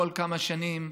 כל כמה שנים,